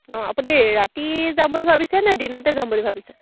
অঁ আপুনি ৰাতি যাম বুলি ভাবিছে নে দিনতে যাম বুলি ভাবিছে